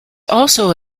also